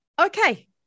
Okay